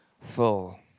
full